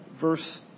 verse